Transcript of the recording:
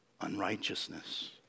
unrighteousness